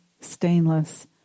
stainless